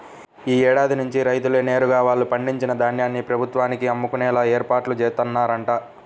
యీ ఏడాది నుంచి రైతులే నేరుగా వాళ్ళు పండించిన ధాన్యాన్ని ప్రభుత్వానికి అమ్ముకునేలా ఏర్పాట్లు జేత్తన్నరంట